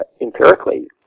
empirically